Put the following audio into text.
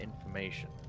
information